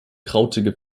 krautige